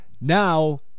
Now